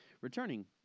returning